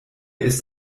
ist